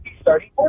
starting